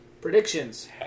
Predictions